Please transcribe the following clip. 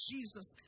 Jesus